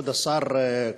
כבוד השר,